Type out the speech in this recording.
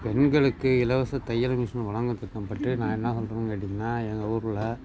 பெண்களுக்கு இலவச தையல் மிஷினு வழங்கறத்துக்கும் பட்டு நான் என்ன சொல்றோம்னு கேட்டிங்கன்னால் எங்கள் ஊரில்